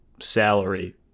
salary